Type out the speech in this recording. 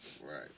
right